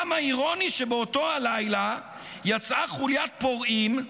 כמה אירוני שבאותו הלילה יצאה חוליית פורעים,